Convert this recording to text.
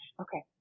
Okay